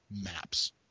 maps